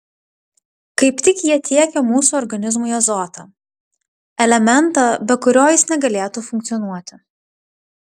kaip tik jie tiekia mūsų organizmui azotą elementą be kurio jis negalėtų funkcionuoti